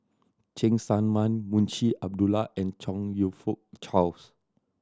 Cheng Tsang Man Munshi Abdullah and Chong You Fook Charles